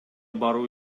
баруу